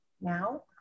now